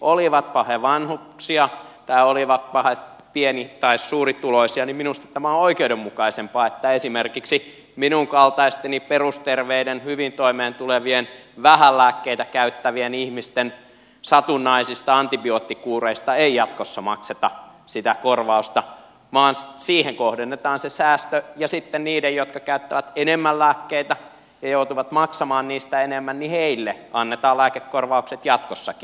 olivatpa he vanhuksia tai olivatpa he pieni tai suurituloisia niin minusta tämä on oikeudenmukaisempaa että esimerkiksi minun kaltaisteni perusterveiden hyvin toimeentulevien vähän lääkkeitä käyttävien ihmisten satunnaisista antibioottikuureista ei jatkossa makseta sitä korvausta vaan siihen kohdennetaan se säästö ja sitten niille jotka käyttävät enemmän lääkkeitä ja joutuvat maksamaan niistä enemmän annetaan lääkekorvaukset jatkossakin